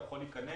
אתה יכול להיכנס,